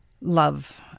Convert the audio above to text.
Love